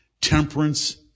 temperance